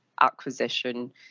acquisition